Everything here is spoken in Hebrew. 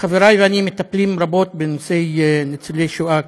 חבריי ואני מטפלים רבות בנושאי ניצולי השואה,